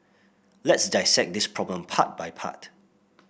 let's dissect this problem part by part